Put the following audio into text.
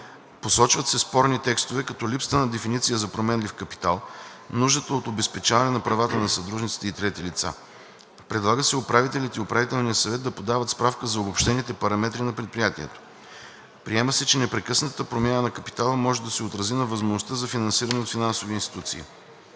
Посочват се спорни текстове, като липсата на дефиниция за „променлив капитал“, нуждата от обезпечаване на правата на съдружниците и трети лица. Предлага се управителят и управителният съвет да подават справка за обобщените параметри на предприятието. Приема се, че непрекъснатата промяна на капитала може да се отрази на възможността за финансиране от финансови институции.